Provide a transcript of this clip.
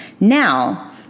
Now